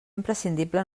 imprescindible